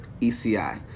ECI